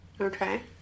Okay